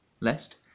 lest